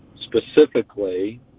Specifically